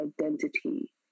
identity